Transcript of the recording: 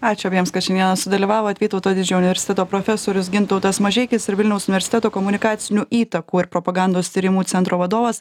ačiū abiems kad šiandieną sudalyvavot vytauto didžiojo universiteto profesorius gintautas mažeikis ir vilniaus universiteto komunikacinių įtakų ir propagandos tyrimų centro vadovas